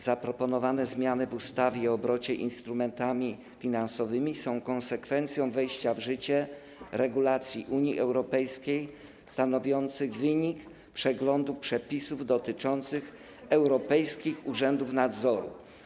Zaproponowane zmiany w ustawie o obrocie instrumentami finansowymi są konsekwencją wejścia w życie regulacji Unii Europejskiej stanowiących wynik przeglądu przepisów dotyczących europejskich urzędów nadzoru.